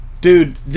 Dude